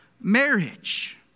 marriage